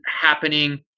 happening